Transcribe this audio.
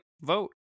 vote